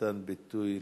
במתן ביטוי לעמדתך.